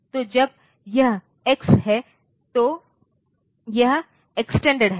तो जब यह x है तो यह एक्सटेंडेड है